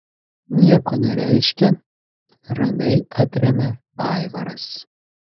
nieko nereiškia ramiai atremia aivaras